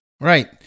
Right